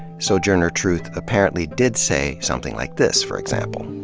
sojourner truth apparently did say something like this, for example.